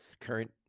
current